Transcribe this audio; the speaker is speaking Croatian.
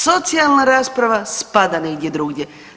Socijalna rasprava spada negdje drugdje.